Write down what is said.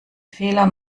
fehler